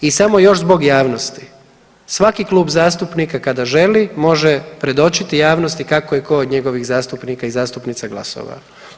I samo još zbog javnosti svaki klub zastupnika kada želi može predočiti javnosti kako je tko od njegovih zastupnika i zastupnica glasovao.